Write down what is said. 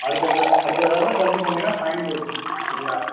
அடுத்த தடவ அடுத்த தடவை தொலைச்சுட்டு வந்தீன்னால் ஃபைன் போட்டுருவேன் சரியா